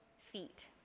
feet